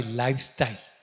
lifestyle